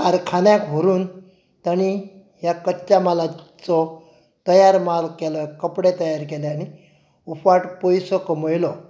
कारखान्याक व्हरून तांणी ह्या कच्च्या मालाचो तयार माल केले कपडे तयार केले आनी उफाट पयसो कमयलो